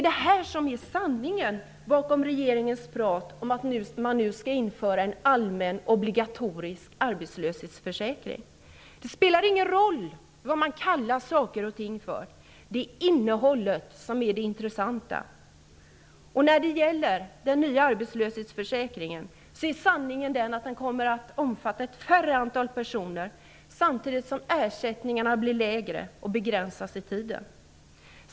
Detta är sanningen bakom regeringens prat om att man nu skall införa en allmän, obligatorisk arbetslöshetsförsäkring. Det spelar ingen roll vad man kallar saker och ting -- det är innehållet som är det intressanta. Och när det gäller den nya arbetslöshetsförsäkringen är sanningen att den kommer att omfatta ett mindre antal personer samtidigt som ersättningarna kommer att bli lägre och begränsas i tiden.